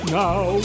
now